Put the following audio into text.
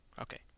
Okay